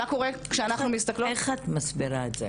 איך את מסבירה את זה?